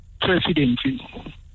presidency